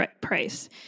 price